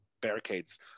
barricades